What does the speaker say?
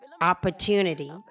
opportunity